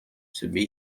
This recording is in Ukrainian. собі